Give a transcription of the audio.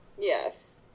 Yes